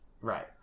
Right